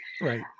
right